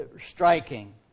striking